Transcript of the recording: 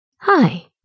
Hi